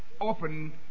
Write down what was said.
often